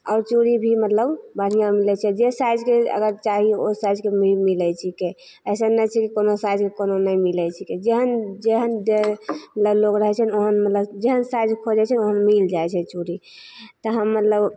आओर चूड़ी भी मतलब बढ़िआँ मिलै छै जे साइजके अगर चाही ओ साइजके मिलै छिकै अइसन नहि छै जे कोनो साइजमे कोनो नहि मिलै छिकै जेहन जेहन जे मतलब लोक रहै छै ने जेहन साइज खोजै छै ने ओहन मिलि जाइ छै चूड़ी तऽ हम मतलब